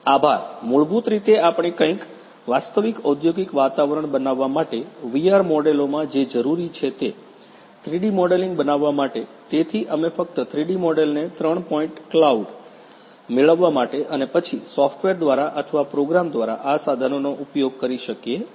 આભાર મૂળભૂત રીતે આપણે કંઈક વાસ્તવિક ઔદ્યોગિક વાતાવરણ બનાવવા માટે VR મોડેલોમાં જે જરૂરી છે તે 3 ડી મોડેલિંગ બનાવવા માટે તેથી અમે ફક્ત 3 ડી મોડેલને ત્રણ પોઇન્ટ કલાઉડ મેળવવા માટે અને પછી સોફ્ટવેર દ્વારા અથવા પ્રોગ્રામ દ્વારા આ સાધનોનો ઉપયોગ કરી શકીએ છીએ